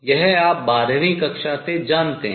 यह आप बारहवीं कक्षा से जानते हैं